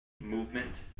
movement